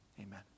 Amen